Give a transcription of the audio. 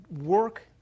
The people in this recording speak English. work